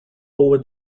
over